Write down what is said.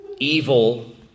Evil